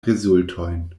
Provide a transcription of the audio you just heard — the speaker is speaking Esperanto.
rezultojn